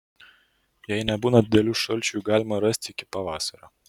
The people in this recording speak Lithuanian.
jei nebūna didelių šalčių jų galima rasti iki pavasario